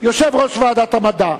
יושב-ראש ועדת המדע.